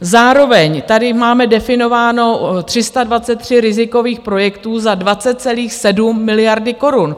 Zároveň tady máme definováno 323 rizikových projektů za 20,7 miliardy korun.